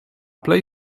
plej